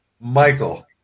Michael